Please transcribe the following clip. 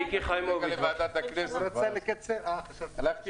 מיקי חיימוביץ', בבקשה, לאחר מכן